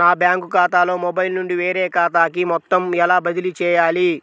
నా బ్యాంక్ ఖాతాలో మొబైల్ నుండి వేరే ఖాతాకి మొత్తం ఎలా బదిలీ చేయాలి?